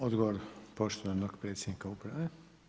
Odgovor poštovanog predsjednika uprave.